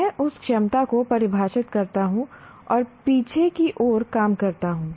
मैं उस क्षमता को परिभाषित करता हूं और पीछे की ओर काम करता हूं